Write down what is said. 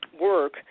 work